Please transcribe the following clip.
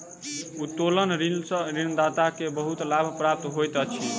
उत्तोलन ऋण सॅ ऋणदाता के बहुत लाभ प्राप्त होइत अछि